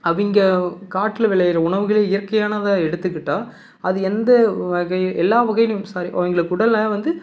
அவங்க காட்தில் விளையிற உணவுகளை இயற்கையானதாக எடுத்துக்கிட்டால் அது எந்த வகை எல்லா வகையிலும் சாரி அவங்களுக்கு உடல் வந்து